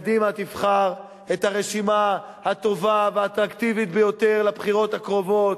קדימה תבחר את הרשימה הטובה והאטרקטיבית ביותר לבחירות הקרובות.